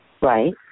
Right